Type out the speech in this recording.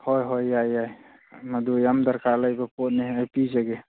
ꯍꯣꯏ ꯍꯣꯏ ꯌꯥꯏ ꯌꯥꯏ ꯃꯗꯨ ꯌꯥꯝ ꯗꯔꯀꯥꯔ ꯂꯩꯕ ꯄꯣꯠꯅꯤ ꯑꯩ ꯄꯤꯖꯒꯦ